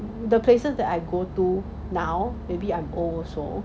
the places that I go to now maybe I go also